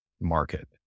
market